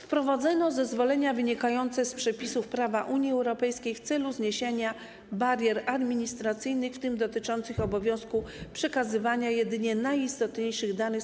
Wprowadzono zezwolenia wynikające z przepisów prawa Unii Europejskiej w celu zniesienia barier administracyjnych, w tym tych związanych z obowiązkiem przekazywania jedynie najistotniejszych danych